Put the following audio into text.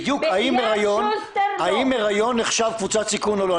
האם היריון נחשב קבוצת סיכון או לא,